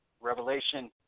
Revelation